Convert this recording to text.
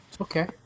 Okay